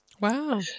Wow